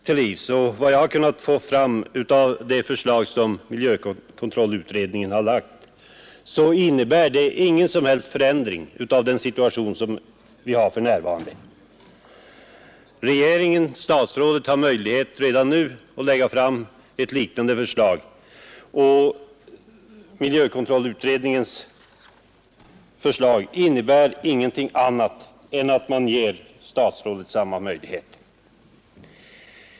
Enligt vad jag har kunnat få fram innebär miljökontrollutredningens förslag ingen som helst förändring av den situation som råder för närvarande. Miljökontrollutredningen säger bara att den vill ge regeringen möjlighet att föreslå förbud, men den möjligheten har regeringen redan nu.